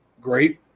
great